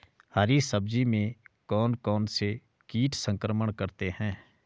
हरी सब्जी में कौन कौन से कीट संक्रमण करते हैं?